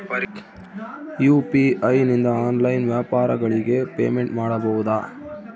UPI ನಿಂದ online ವ್ಯಾಪಾರಗಳಿಗೆ payment ಮಾಡಬಹುದಾ?